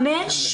וחמש,